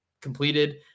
completed